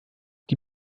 die